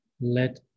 Let